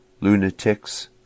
Lunatics